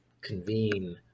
convene